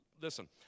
Listen